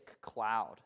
cloud